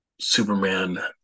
superman